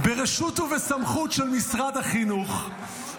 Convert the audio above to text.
ברשות ובסמכות של משרד החינוך,